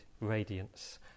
radiance